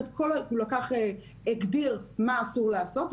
הוא הגדיר מה אסור לעשות,